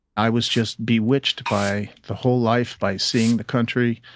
i was just bewitched by the whole life by seeing the country,